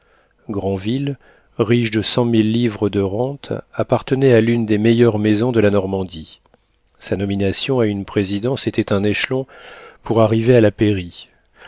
granville riche de cent mille livres de rente appartenait à l'une des meilleures maisons de la normandie sa nomination à une présidence était un échelon pour arriver à la pairie